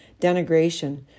denigration